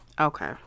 Okay